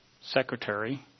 secretary